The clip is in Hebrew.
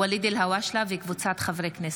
ואליד אלהואשלה וקבוצת חברי הכנסת.